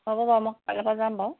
হ'ব বাৰু মই কাইলৈ পৰা যাম বাৰু